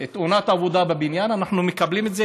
תאונת עבודה בבניין אנחנו מקבלים את זה,